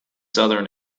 southern